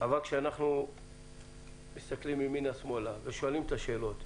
אבל כשאנחנו מסתכלים ימינה ושמאלה ושואלים את השאלות,